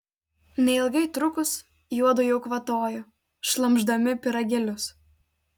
neilgai trukus juodu jau kvatojo šlamšdami pyragėlius